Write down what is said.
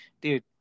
Dude